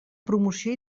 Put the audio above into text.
promoció